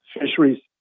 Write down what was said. fisheries